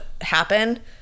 happen